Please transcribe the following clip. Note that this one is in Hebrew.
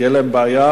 שתהיה להם בעיה,